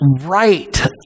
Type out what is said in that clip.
right